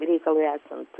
reikalui esant